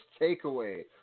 takeaway